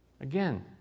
Again